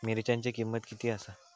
मिरच्यांची किंमत किती आसा?